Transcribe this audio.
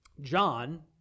John